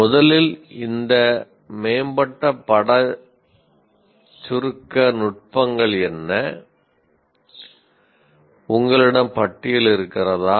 முதலில் இந்த மேம்பட்ட பட சுருக்க நுட்பங்கள் என்ன உங்களிடம் பட்டியல் இருக்கிறதா